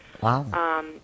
Wow